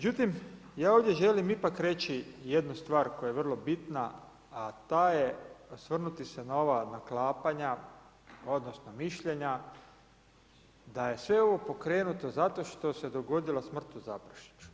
Međutim, ja ovdje ipak želim reći jednu stvar koja je vrlo bitna, a ta je osvrnuti se na ova naklapanja, odnosno, mišljenja da je sve ovo pokrenuto zato što se dogodila smrt u Zaprešiću.